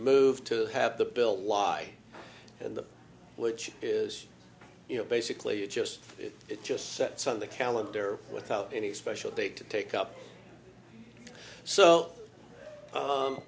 moved to have the bill why and which is you know basically it just it just sits on the calendar without any special date to take up so